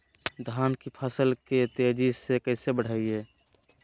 धान की फसल के तेजी से कैसे बढ़ाएं?